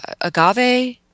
agave